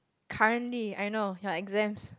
currently I know your exams